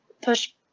push